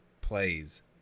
plays